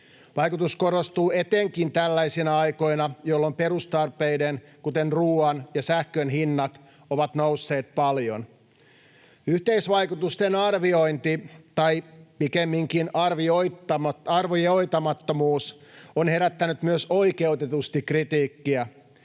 Vaikutus korostuu etenkin tällaisina aikoina, jolloin perustarpeiden, kuten ruoan ja sähkön hinnat ovat nousseet paljon. Yhteisvaikutusten arviointi tai pikemminkin arvioimattomuus on myös herättänyt oikeutetusti kritiikkiä.